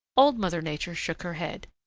old mother nature shook her head.